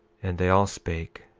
and they all spake,